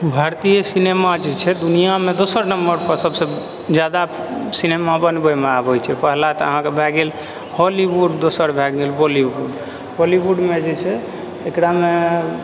भारतीय सिनेमा जे छै दुनिआमे दोसर नम्बरपर सभसँ जादा सिनेमा बनबैमे आबै छै पहला तऽ अहाँके भए गेल हॉलीवुड दोसर भए गेल बॉलीवुड बॉलीवुडमे जे छै एकरामे